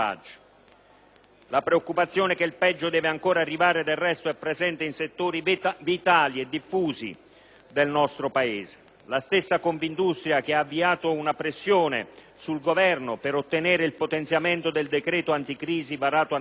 La preoccupazione che il peggio debba ancora arrivare, del resto, è presente in settori vitali e diffusi del nostro Paese. La stessa Confindustria, che ha avviato una pressione sul Governo per ottenere il potenziamento del decreto anticrisi varato a novembre,